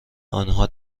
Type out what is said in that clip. آنها